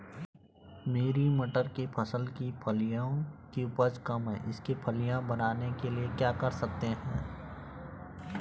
मेरी मटर की फसल की फलियों की उपज कम है इसके फलियां बनने के लिए क्या कर सकते हैं?